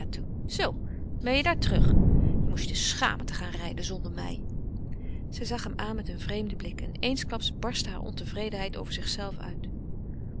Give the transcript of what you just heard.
zoo ben je daar terug je moest je schamen te gaan rijden zonder mij zij zag hem aan met een vreemden blik en eensklaps barstte hare ontevredenheid over zichzelve uit